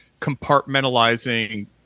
compartmentalizing